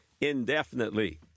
indefinitely